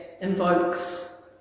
invokes